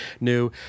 new